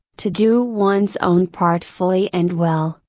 to do one's own part fully and well,